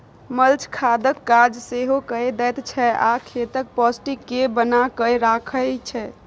mulch खादक काज सेहो कए दैत छै आ खेतक पौष्टिक केँ बना कय राखय छै